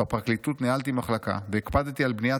בפרקליטות ניהלתי מחלקה והקפדתי על בניית